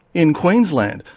in queensland,